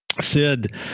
Sid